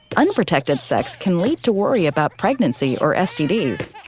unprotected sex can lead to worry about pregnancy or stds.